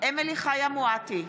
אמילי חיה מואטי,